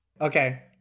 Okay